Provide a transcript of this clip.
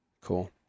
Cool